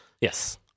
Yes